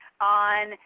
on